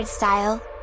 style